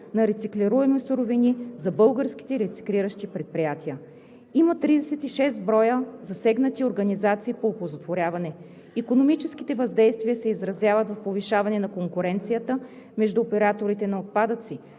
на рециклируеми суровини за българските рециклиращи предприятия. Има 36 броя засегнати организации по оползотворяването. Икономическите въздействия се изразяват в повишаването на конкуренцията между операторите на отпадъците,